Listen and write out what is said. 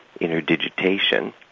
interdigitation